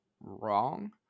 wrong